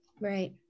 Right